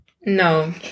No